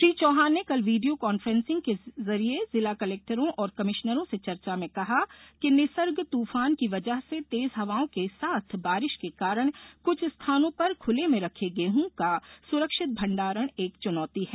श्री चौहान ने कल video conferencing से जिला कलेक्टरों और कमिष्नरों से चर्चा में कहा कि निसर्ग तूफान की वजह से तेज हवाओं के साथ बारिश के कारण कुछ स्थानों पर खुले में रखे गेहूँ का सुरक्षित भंडारण एक चुनौती है